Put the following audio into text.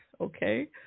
Okay